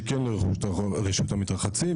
שכן עומדות לרשות המתרחצים,